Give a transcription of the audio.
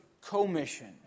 commission